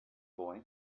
boy